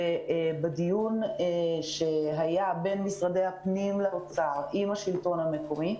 ובדיון שהיה בין משרדי הפנים והאוצר עם השלטון המקומי